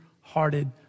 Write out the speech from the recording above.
hearted